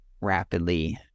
rapidly